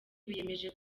biyemeje